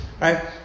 Right